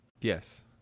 Yes